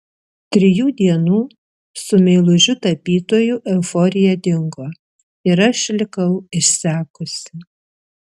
trijų dienų su meilužiu tapytoju euforija dingo ir aš likau išsekusi